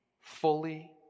Fully